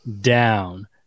down